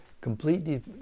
completely